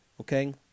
okay